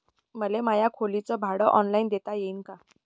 मले माया खोलीच भाड ऑनलाईन देता येईन का?